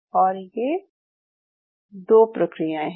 और ये दो प्रक्रियाएं हैं